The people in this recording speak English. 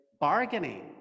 bargaining